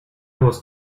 was